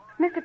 Mr